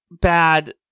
bad